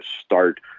start